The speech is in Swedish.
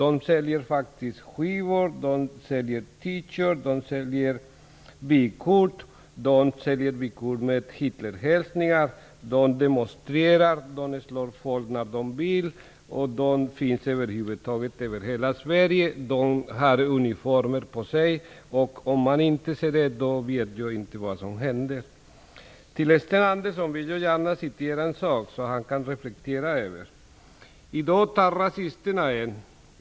De säljer faktiskt skivor, T-shirtar och vykort med Hitlerhälsning, de demonstrerar och de slår folk när de vill. De finns över hela Sverige och de har uniformer på sig. Om man inte ser upp med detta, då vet jag inte vad som händer. Jag vill gärna återge något för Sten Andersson som han kan reflektera över: I dag tar rasisterna en.